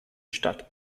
statt